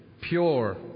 pure